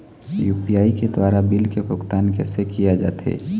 UPI के द्वारा bill के भुगतान कैसे किया जाथे?